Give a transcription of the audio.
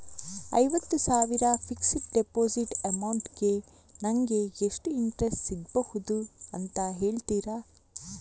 ಐವತ್ತು ಸಾವಿರ fixed deposit amount ಗೆ ನಂಗೆ ಎಷ್ಟು ಇಂಟ್ರೆಸ್ಟ್ ಸಿಗ್ಬಹುದು ಅಂತ ಹೇಳ್ತೀರಾ?